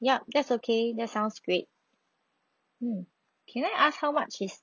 yup that's okay that sounds great mm can I ask how much is